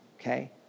okay